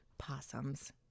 possums